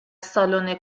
سالن